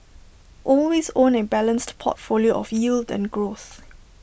always own A balanced portfolio of yield and growth